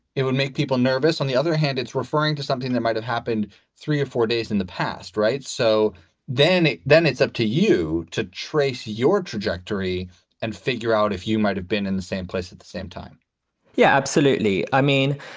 it would make people nervous. on the other hand, it's referring to something that might have happened three or four days in the past. right. so then then it's up to you to trace your trajectory and figure out if you might have been in the same place at the same time yeah, absolutely. i mean,